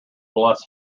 bless